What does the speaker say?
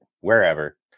wherever